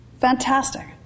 Fantastic